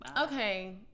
Okay